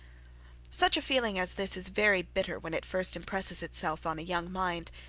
such a feeling as this is very bitter when it first impresses itself on a young mind.